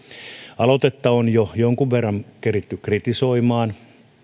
aloitetta on jo jonkun verran keretty kritisoimaan